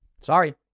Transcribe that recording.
Sorry